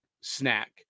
snack